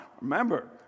Remember